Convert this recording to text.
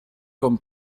con